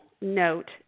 note